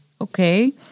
Okay